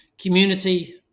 community